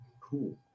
cool